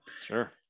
Sure